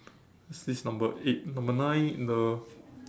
this is number eight number nine the